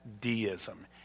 deism